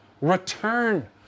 Return